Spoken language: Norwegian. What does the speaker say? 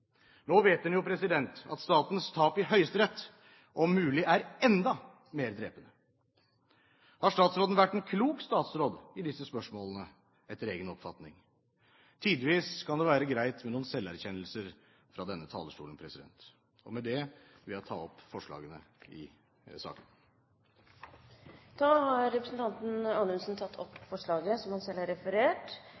Nå vet en jo at statens tap i Høyesterett – om mulig – er enda mer drepende. Har statsråden vært en klok statsråd i disse spørsmålene, etter egen oppfatning? Tidvis kan det være greit med noen selverkjennelser fra denne talerstolen. Med det vil jeg ta opp forslaget i saken. Representanten Anders Anundsen har tatt opp